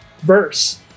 verse